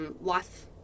life